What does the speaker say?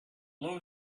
low